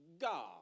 God